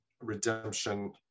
redemption